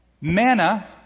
manna